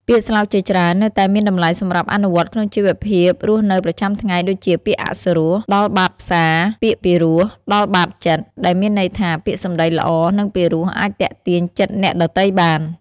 ពាក្យស្លោកជាច្រើននៅតែមានតម្លៃសម្រាប់អនុវត្តក្នុងជីវភាពរស់នៅប្រចាំថ្ងៃ ដូចជា "ពាក្យអសុរស ដល់បាតផ្សារ ពាក្យពីរោះ ដល់បាតចិត្ត" ដែលមានន័យថា ពាក្យសម្តីល្អ និងពីរោះអាចទាក់ទាញចិត្តអ្នកដទៃបាន។